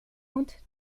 und